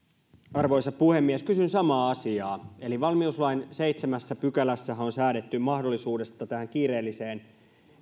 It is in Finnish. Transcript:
arvoisa puhemies kysyn samaa asiaa eli valmiuslain seitsemännessä pykälässähän on säädetty mahdollisuudesta tähän kiireelliseen